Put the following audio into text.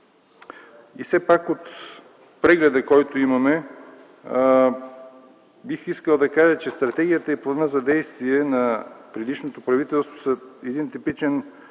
И все пак, от прегледа, който имаме, бих искал да кажа, че стратегията и планът за действие на предишното правителство са един типичен